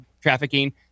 trafficking